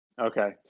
Okay